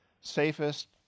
safest